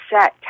set